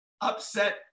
upset